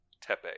tepe